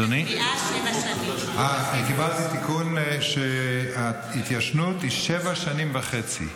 אני קיבלתי תיקון, שההתיישנות היא שבע שנים וחצי.